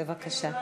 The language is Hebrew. בבקשה.